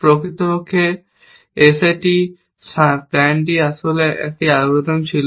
প্রকৃতপক্ষে SAT plan নামে একটি অ্যালগরিদম ছিল